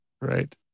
Right